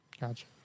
Gotcha